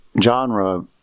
genre